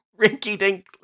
rinky-dink